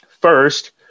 First